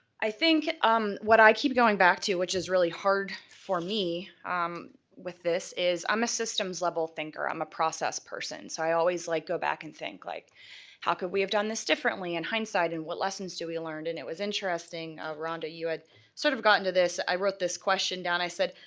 um what i keep going back to which is really hard for me with this is i'm a systems-level thinker, i'm a process person so i always like go back and think, like how could we have done this differently in hindsight and what lessons did we learn? and it was interesting, rhonda, you had sort of got into this, i wrote this question down, i said,